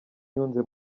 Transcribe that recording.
yunze